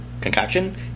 concoction